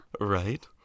Right